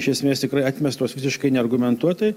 iš esmės tikrai atmestos visiškai neargumentuotai